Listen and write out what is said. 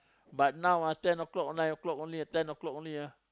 but now ten o-clock nine o-clock only ten o-clock only ah